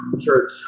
Church